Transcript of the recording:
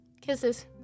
Kisses